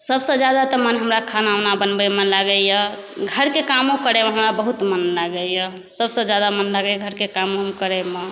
सबसँ ज्यादा तऽ मन हमरा खाना बनबैमे लागैया घरके कामो करैमे हमरा बहुत मन लागैया सबसँ ज्यादा मन लागैया घरके काम करय मे